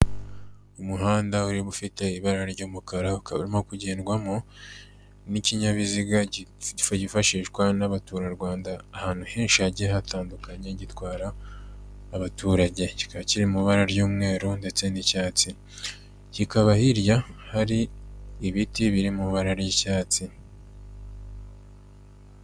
Umuhanda ufite ibara ry'umukara, ukaba urimo kugendwamo, n'ikinyabiziga kifashishwa n'abaturarwanda, ahantu henshi hagiye hatandukanye gitwara abaturage. Kikaba kiri mu ibara ry'umweru ndetse n'icyatsi, kikaba hirya hari ibiti biri mu ibara ry'icyatsi.